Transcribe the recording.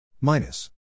minus